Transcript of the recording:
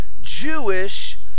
Jewish